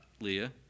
Leah